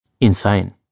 Insane